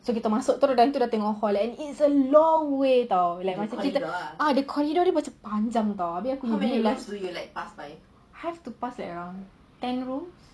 so kita masuk terus time tu ada hall and it's a long way [tau] like macam ah the corridor macam panjang have to pass by around ten rooms